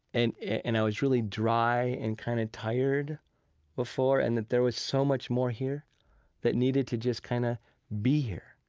and and i was really dry and kind of tired before and that there was so much more here that needed to just kind of be here,